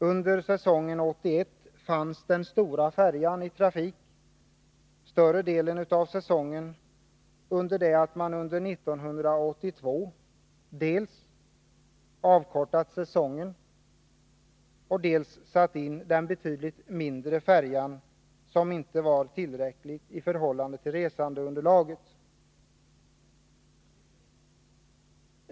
Under säsongen 1981 fanns den stora färjan i trafik större delen av säsongen, under det att man under 1982 dels avkortat säsongen, dels satt in en betydligt mindre färja, som inte var tillräcklig i förhållande till resandeunderlaget.